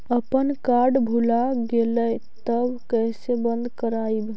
अपन कार्ड भुला गेलय तब कैसे बन्द कराइब?